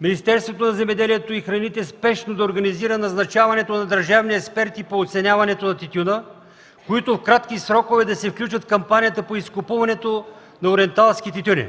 Министерството на земеделието и храните спешно да организира назначаването на държавни експерти по оценяването на тютюна, които в кратки срокове да се включат в кампанията по изкупуването на ориенталски тютюни.